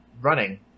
running